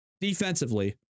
defensively